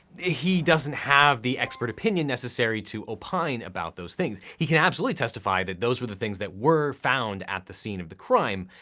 he doesn't have the expert opinion necessary to opine about those things. he can absolutely testify that those were the things that were found at the scene of the crime,